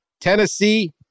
Tennessee